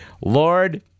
Lord